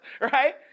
right